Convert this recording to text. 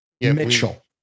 Mitchell